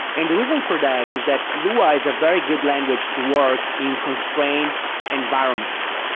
and the reason for that is that lua is a very good language to work in constrained environments.